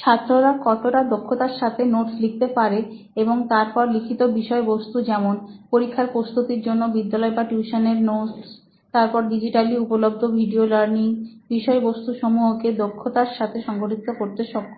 ছাত্ররা কতটা দক্ষতার সাথে নোট লিখতে পারে এবং তারপর লিখিত বিষয় বস্তু যেমন পরীক্ষার প্রস্তুতির জন্য বিদ্যালয় বা টিউশনের নোটস তারপর ডিজিটালি উপলব্ধ ভিডিও লার্নিং বিষয়বস্তুসমূহ কে দক্ষতার সাথে সংগঠিত করতে সক্ষম